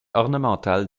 ornementales